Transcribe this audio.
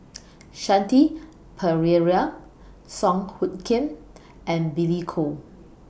Shanti Pereira Song Hoot Kiam and Billy Koh